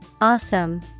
Awesome